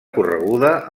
correguda